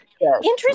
interesting